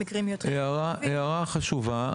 הערה חשובה.